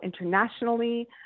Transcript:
internationally